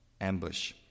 ambush